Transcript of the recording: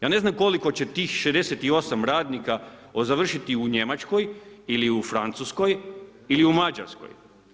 Ja ne znam koliko će od tih 68 radnika završiti u Njemačkoj ili Francuskoj ili Mađarskoj.